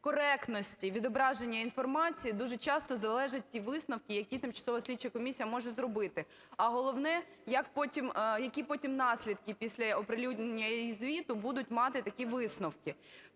коректності відображення інформації дуже часто залежать ті висновки, які тимчасова слідча комісія може зробити, а, головне, які потім наслідки після оприлюднення її звіту будуть мати такі висновки.